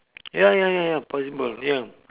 ya ya ya ya possible ya